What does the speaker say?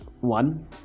One